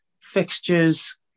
fixtures